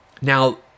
Now